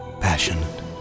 Passionate